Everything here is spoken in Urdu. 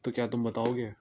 تو کیایا تم بتاؤ گے